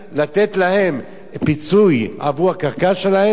לתת להם פיצוי עבור הקרקע שלהם,